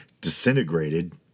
disintegrated